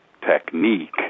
technique